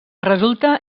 resulta